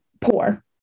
poor